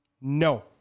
No